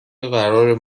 قرار